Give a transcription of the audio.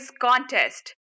Contest